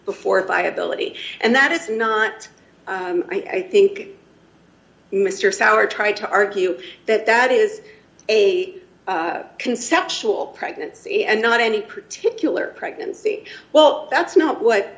before viability and that is not i think mr sour try to argue that that is a conceptual pregnancy and not any particular pregnancy well that's not what